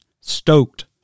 stoked